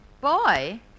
Boy